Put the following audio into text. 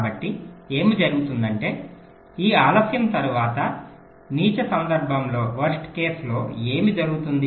కాబట్టి ఏమి జరుగుతుందంటే ఈ ఆలస్యం తరువాత నీచ సందర్భంలో ఏమి జరుగుతుంది